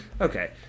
Okay